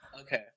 Okay